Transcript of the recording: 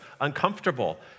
uncomfortable